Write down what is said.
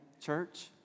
church